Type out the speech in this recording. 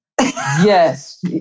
Yes